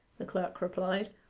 the clerk replied,